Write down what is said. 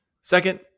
Second